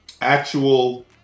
actual